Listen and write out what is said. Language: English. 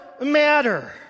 matter